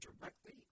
directly